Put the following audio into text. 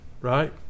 right